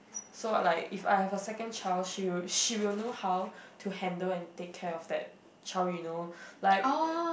so like if I have a second child she will she will know how to handle and take care of that child you know like